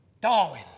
Darwin